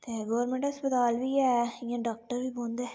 ते गोरमेंट अस्पताल बी ऐ इ'यां डाक्टर बी बौंह्दे